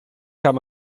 kann